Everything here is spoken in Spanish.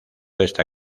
esta